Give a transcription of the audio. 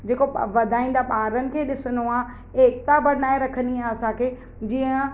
जेको वधाईंदा ॿारनि खे ॾिसिणो आहे एकता बनाए रखिणी आ असांखे जीअं